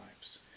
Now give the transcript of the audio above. lives